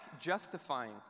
justifying